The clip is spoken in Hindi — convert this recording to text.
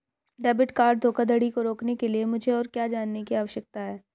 डेबिट कार्ड धोखाधड़ी को रोकने के लिए मुझे और क्या जानने की आवश्यकता है?